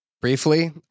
briefly